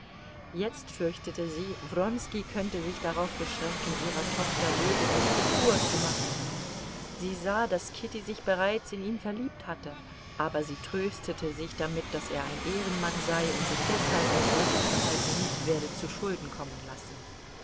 jetzt fürchtete sie wronski könnte sich darauf beschränken ihrer tochter lediglich die kur zu machen sie sah daß kitty sich bereits in ihn verliebt hatte aber sie tröstete sich damit daß er ein ehrenmann sei und sich deshalb ein solches verhalten nicht werde zuschulden kommen lassen